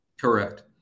correct